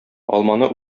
алманы